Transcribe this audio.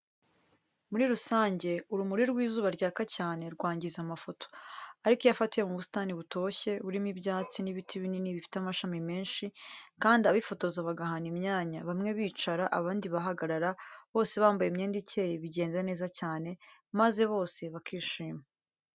Muri rusange urumuri rw'izuba ryaka cyane rwangiza amafoto, ariko iyo afatiwe mu busitani butoshye, burimo ibyatsi n'ibiti binini bifite amashami menshi, kandi abifotoza bagahana imyanya, bamwe bicara abandi bagahagarara, bose bambaye imyenda ikeye bigenda neza cyane, maze bose bakishima.